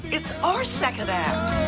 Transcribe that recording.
it's our second act.